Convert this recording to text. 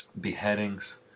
Beheadings